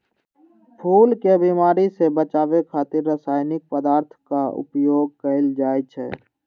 फूल कें बीमारी सं बचाबै खातिर रासायनिक पदार्थक प्रयोग कैल जाइ छै